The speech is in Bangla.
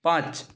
পাঁচ